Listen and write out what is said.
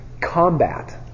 combat